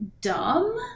dumb